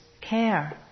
care